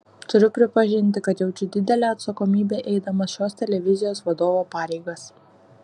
turiu pripažinti kad jaučiu didelę atsakomybę eidamas šios televizijos vadovo pareigas